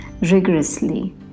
rigorously